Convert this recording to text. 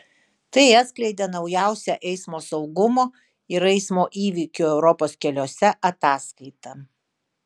tai atskleidė naujausia eismo saugumo ir eismo įvykių europos keliuose ataskaita